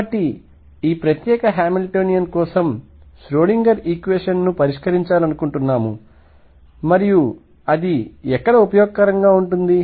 కాబట్టి ఈ ప్రత్యేక హామిల్టోనియన్ కోసం ష్రోడింగర్ ఈక్వేషన్ ను పరిష్కరించాలనుకుంటున్నాము మరియు అది ఎక్కడ ఉపయోగకరంగా ఉంటుంది